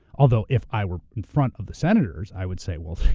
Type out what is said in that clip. although, if i were in front of the senators, i would say, well,